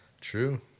True